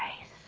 Nice